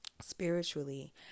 spiritually